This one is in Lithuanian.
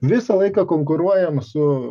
visą laiką konkuruojam su